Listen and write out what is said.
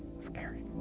scary.